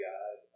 God